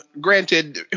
granted